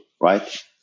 right